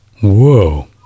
Whoa